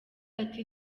ati